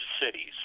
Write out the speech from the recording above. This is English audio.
cities